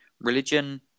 Religion